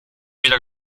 weder